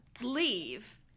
Leave